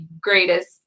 greatest